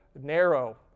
narrow